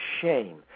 shame